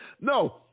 No